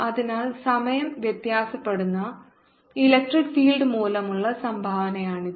അതിനാൽ സമയം വ്യത്യാസപ്പെടുന്ന ഇലക്ട്രിക് ഫീൽഡ് മൂലമുള്ള സംഭാവനയാണിത്